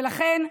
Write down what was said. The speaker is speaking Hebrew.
ולכן,